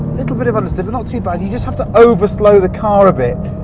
little bit of understeer. but not too bad. you just have to over slow the car a bit,